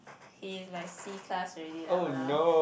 he's like C-class already lah !walao!